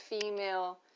female